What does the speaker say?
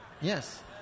Yes